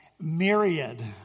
myriad